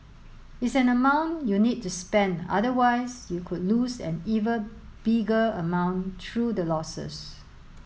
it's an amount you need to spend otherwise you could lose an even bigger amount through the losses